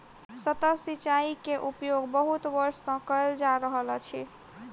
सतह सिचाई के उपयोग बहुत वर्ष सँ कयल जा रहल अछि